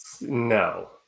No